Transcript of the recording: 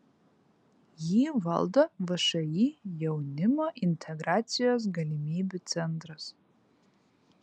jį valdo všį jaunimo integracijos galimybių centras